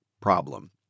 problem